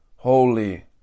Holy